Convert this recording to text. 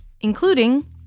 including